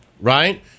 right